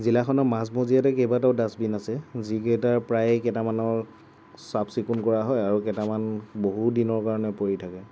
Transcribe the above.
জিলাখনৰ মাজমজিয়াতে কেইবাটাও ডাষ্টবিন আছে যিকেইটাৰ প্ৰায়ে কেইটামানৰ চাফ চিকুণ কৰা হয় আৰু কেইটামান বহুদিনৰ কাৰণে পৰি থাকে